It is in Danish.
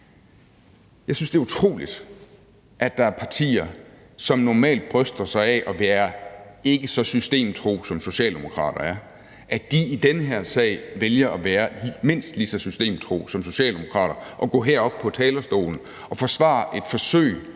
Jeg synes, det er utroligt, at der er partier, som normalt bryster sig af ikke at være så systemtro, som socialdemokrater er, der i den her sag vælger at være mindst lige så systemtro som socialdemokrater og går herop på talerstolen og forsvarer et forsøg,